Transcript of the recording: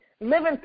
living